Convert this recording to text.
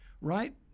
right